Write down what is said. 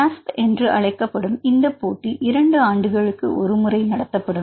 காஸ்ப் என்று அழைக்க படும் இந்தப் போட்டி 2 ஆண்டுகளுக்கு ஒரு முறை நடத்தப்படும்